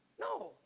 no